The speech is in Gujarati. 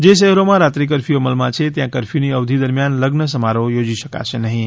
જે શહેરોમાં રાત્રી કરફ્યુ અમલમાં છે ત્યાં કરફયુની અવધી દરમિયાન લગ્ન સમારોહ યોજી શકાશે નહીં